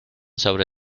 sobre